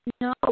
No